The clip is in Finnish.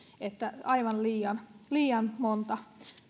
aivan liian liian monta